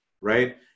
right